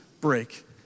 break